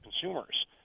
consumers